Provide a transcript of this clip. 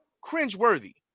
Cringe-worthy